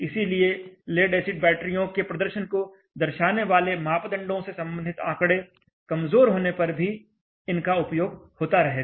इसीलिए lead acid बैटरियों के प्रदर्शन को दर्शाने वाले मापदंडों से संबंधित आंकड़े कमजोर होने पर भी इनका उपयोग होता रहेगा